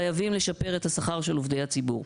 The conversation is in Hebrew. חייבים לשפר את השכר של עובדי הציבור.